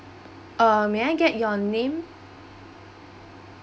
uh may I get your name